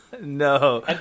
no